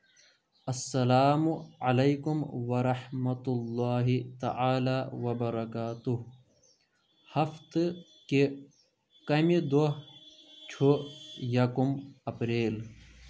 اسلام علیکم ورحمتہ اللہ تعالٰی وبرکاتہ ہفتہٕ کہِ کَمہِ دۄہ چھُ یکُم اپریل